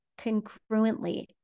congruently